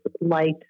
light